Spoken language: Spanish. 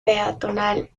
peatonal